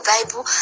Bible